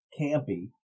campy